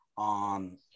on